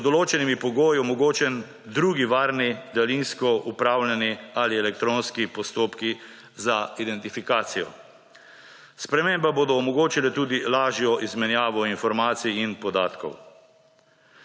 pod določenimi pogoji omogočen drug varen, daljinsko upravljani ali elektronski postopek za identifikacijo. Spremembe bodo omogočile tudi lažjo izmenjavo informacij in podatkov.